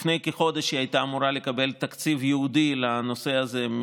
לפני כחודש היא הייתה אמורה לקבל תקציב ייעודי לנושא הזה,